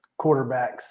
quarterbacks